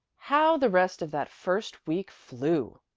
how the rest of that first week flew!